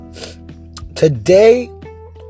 Today